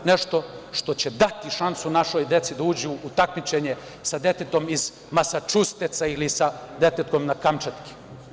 Nešto što će dati šansu našoj deci da uđu u takmičenje sa detetom iz Masačuseca ili sa detetom na Kamčatki.